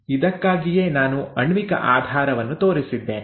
ಇದಕ್ಕಾಗಿಯೇ ನಾನು ಆಣ್ವಿಕ ಆಧಾರವನ್ನು ತೋರಿಸಿದ್ದೇನೆ